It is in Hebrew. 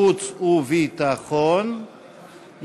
זה צעד אחד בשרשרת של צעדים,